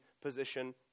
position